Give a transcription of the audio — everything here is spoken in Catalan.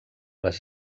les